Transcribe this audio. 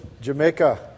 Jamaica